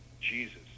Jesus